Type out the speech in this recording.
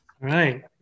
right